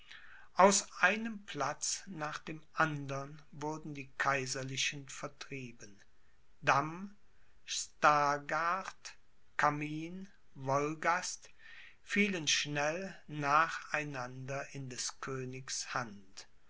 aus einem platz nach dem andern wurden die kaiserlichen vertrieben damm stargard camin wolgast fielen schnell nach einander in des königs hand